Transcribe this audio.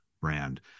brand